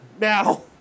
Now